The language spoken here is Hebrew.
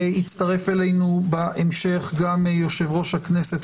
בהמשך יצטרף אלינו יושב-ראש הכנסת,